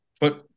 put